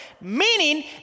meaning